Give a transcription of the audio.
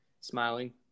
smiling